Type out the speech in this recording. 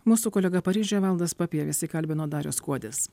mūsų kolega paryžiuje valdas papievis jį kalbino darius kuodis